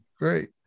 great